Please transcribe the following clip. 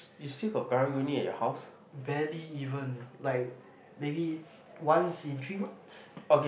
barely even like maybe once in three months